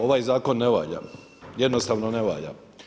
Ovaj zakon ne valja, jednostavno ne valja.